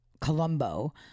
Colombo